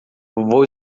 vou